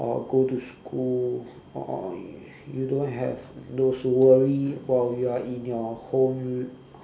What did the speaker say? or go to school or or you don't have those to worry while you are in your homel~